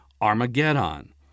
Armageddon